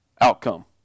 outcome